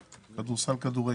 כדורסל/כדורגל.